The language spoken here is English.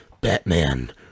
Batman